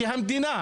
כי המדינה,